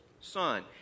Son